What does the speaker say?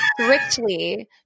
strictly